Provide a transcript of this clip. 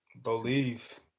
Believe